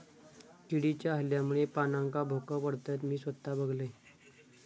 किडीच्या हल्ल्यामुळे पानांका भोका पडतत, मी स्वता बघलंय